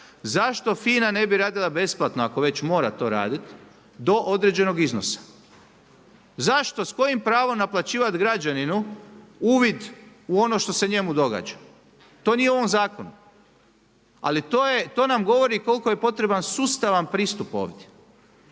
zašto FINA ne bi radila besplatno, ako već mora to raditi do određenog iznosa. Zašto, s kojim pravom naplaćivati građaninu uvid u ono što se njemu događa? To nije u ovom zakonu. Ali to je, to nam govori koliko je potreban sustavan pristup ovdje.